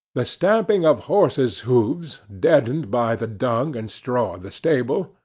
the stamping of horses' hoofs, deadened by the dung and straw of the stable,